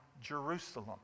Jerusalem